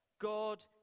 god